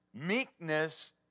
Meekness